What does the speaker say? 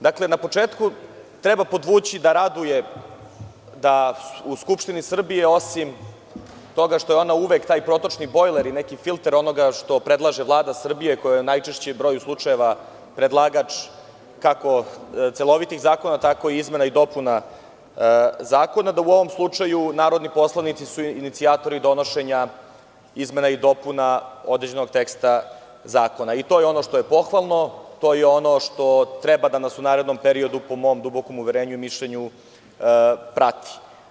Dakle, na početku treba podvući da raduje da u Skupštini Srbije osim toga što je ona uvek taj protočni bojler i neki filter onoga što predlaže Vlada Srbije, koja je u najčešćem broju slučajeva predlagač kako celovitih zakona, tako i izmena i dopuna zakona, da u ovom slučaju narodni poslanici su inicijatori donošenja izmena i dopuna određenog teksta zakona i to je ono što je pohvalno, to je ono što treba da nas u narednom period, po mom dubokom uverenju i mišljenju, prati.